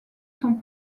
sont